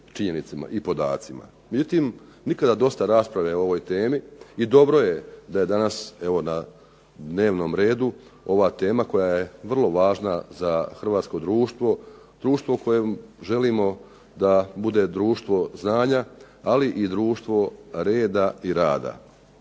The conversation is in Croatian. činjenicama i podacima. Međutim, nikada dosta rasprave o ovoj temi i dobro je da je danas na dnevnom redu ova tema koja je vrlo važna za hrvatsko društvo, društvo u kojem želimo da bude društvo znanja ali i društvo reda i rada.